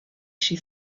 she